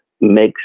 makes